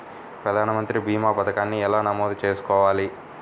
ప్రధాన మంత్రి భీమా పతకాన్ని ఎలా నమోదు చేసుకోవాలి?